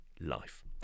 life